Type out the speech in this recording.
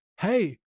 hey